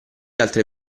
altre